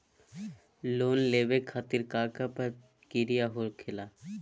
Loan लेवे खातिर का का प्रक्रिया होखेला?